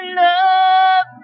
love